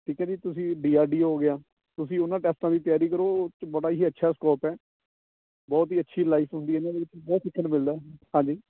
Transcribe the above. ਠੀਕ ਹੈ ਜੀ ਤੁਸੀਂ ਡੀ ਆਰ ਡੀ ਓ ਹੋ ਗਿਆ ਤੁਸੀਂ ਉਹਨਾਂ ਟੈਸਟਾਂ ਦੀ ਤਿਆਰੀ ਕਰੋ ਉਹ 'ਚ ਬੜਾ ਹੀ ਅੱਛਾ ਸਕੋਪ ਹੈ ਬਹੁਤ ਹੀ ਅੱਛੀ ਲਾਈਫ ਹੁੰਦੀ ਹੈ ਇਹਨਾਂ ਦੀ ਬਹੁਤ ਸਿੱਖਣ ਨੂੰ ਮਿਲਦਾ ਹੈ ਹਾਂਜੀ